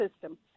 System